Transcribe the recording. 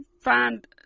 find